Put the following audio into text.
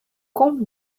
comble